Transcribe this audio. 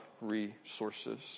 resources